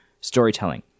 storytelling